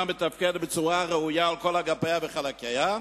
מתפקדת בצורה ראויה על כל אגפיה וחלקיה.